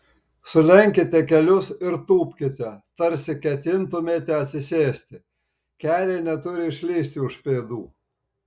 sulenkite kelius ir tūpkite tarsi ketintumėte atsisėsti keliai neturi išlįsti už pėdų